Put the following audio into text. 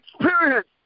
experience